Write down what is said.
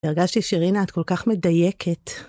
הרגשתי שרינה את כל כך מדייקת.